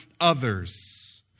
others